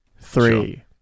three